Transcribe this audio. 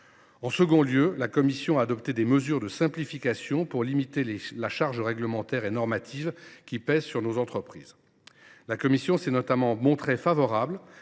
En second lieu, la commission a adopté des mesures de simplification visant à limiter la charge réglementaire et normative qui pèse sur nos entreprises. Elle s’est notamment montrée favorable